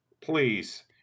please